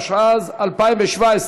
התשע"ז 2017,